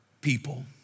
people